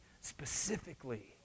specifically